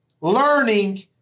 learning